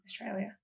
Australia